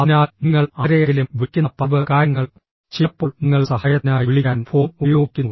അതിനാൽ നിങ്ങൾ ആരെയെങ്കിലും വിളിക്കുന്ന പതിവ് കാര്യങ്ങൾ ചിലപ്പോൾ നിങ്ങൾ സഹായത്തിനായി വിളിക്കാൻ ഫോൺ ഉപയോഗിക്കുന്നു